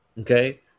Okay